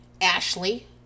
Ashley